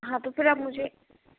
हाँ तो फिर आप मुझे